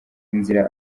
inzira